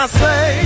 say